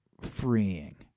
freeing